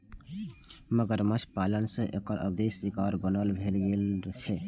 मगरमच्छ पालन सं एकर अवैध शिकार बन्न भए गेल छै